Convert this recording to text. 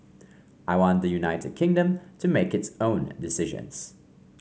i want the United Kingdom to make its own decisions